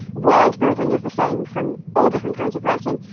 world building is the same from all different kinds of writing.